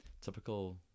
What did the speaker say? typical